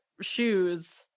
shoes